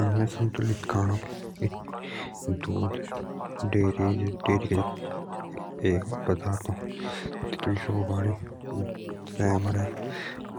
आमुक संतुलित खाणक एक दुध टेरे टेरी के जो पदार्थ अः तेतू सक बाणे से आमरे